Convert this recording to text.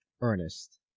Ernest